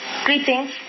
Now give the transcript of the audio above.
greetings